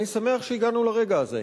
אני שמח שהגענו לרגע הזה.